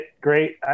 great